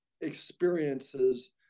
experiences